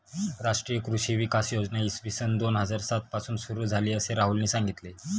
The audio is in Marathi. राष्ट्रीय कृषी विकास योजना इसवी सन दोन हजार सात पासून सुरू झाली, असे राहुलने सांगितले